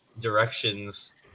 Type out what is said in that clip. directions